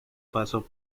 pasos